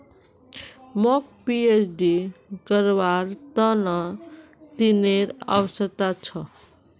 मौक पीएचडी करवार त न ऋनेर आवश्यकता छ